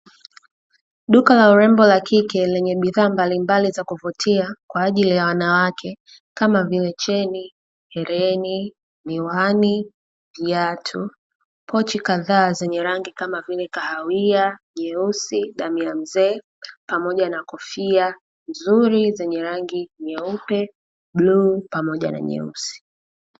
Duka la urembo la kike lenye bidhaa mbalimbali za kuvutia kwa ajili ya wanawake kama vile: cheni, hereni, miwani, viatu; pochi kadhaa zenye rangi kama vile: kahawia, nyeusi, damu ya mzee; pamoja na kofia nzuri zenye rangi: nyeupe, bluu pamoja na nyeusi.